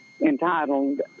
entitled